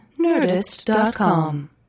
nerdist.com